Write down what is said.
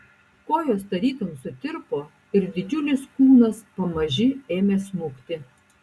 kojos tarytum sutirpo ir didžiulis kūnas pamaži ėmė smukti